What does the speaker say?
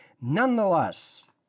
nonetheless